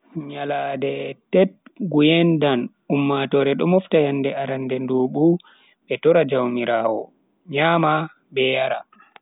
Nyalande tet nguyen dan, ummatoore do mofta yende arande ndubu be tora jaumiraawo, nyama be yara.